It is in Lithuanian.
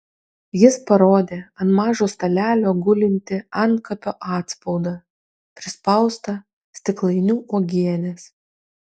jis parodė ant mažo stalelio gulintį antkapio atspaudą prispaustą stiklainiu uogienės